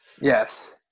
Yes